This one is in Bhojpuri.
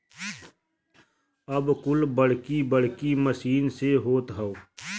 अब कुल बड़की बड़की मसीन से होत हौ